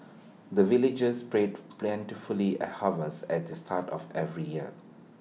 the villagers pray for plentifully harvest at the start of every year